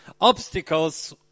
obstacles